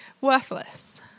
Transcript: worthless